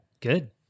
good